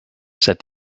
said